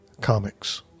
comics